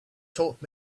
taught